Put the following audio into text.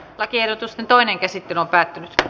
lakiehdotusten toinen käsittely päättyi